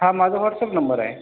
हा माझा WhatsApp number आहे